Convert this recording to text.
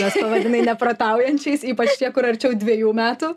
juos pavadinai neprotaujančiais ypač tie kur arčiau dviejų metų